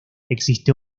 existe